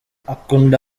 akunda